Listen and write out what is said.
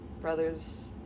brother's